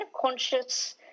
conscious